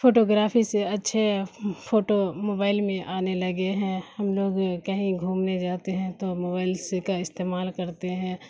photography سے اچھے photo mobile میں آنے لگے ہیں ہم لوگ کہیں گھومنے جاتے ہیں تو موبائل سے کا استعمال کرتے ہیں